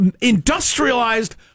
Industrialized